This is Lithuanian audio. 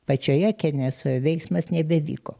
pačioje kenesoje veiksmas nebevyko